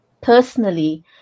personally